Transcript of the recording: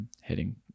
heading